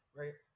right